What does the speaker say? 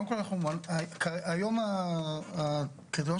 היום בתקנות